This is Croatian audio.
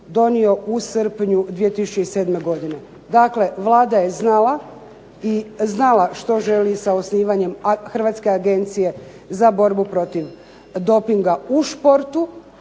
donio u srpnju 2007. godine. Dakle Vlada je znala i znala što želi sa osnivanjem Hrvatske agencije za borbu protiv dopinga u športu,